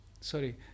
sorry